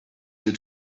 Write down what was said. you